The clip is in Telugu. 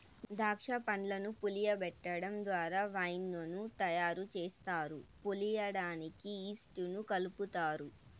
దాక్ష పండ్లను పులియబెటడం ద్వారా వైన్ ను తయారు చేస్తారు, పులియడానికి ఈస్ట్ ను కలుపుతారు